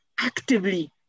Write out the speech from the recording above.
actively